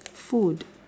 food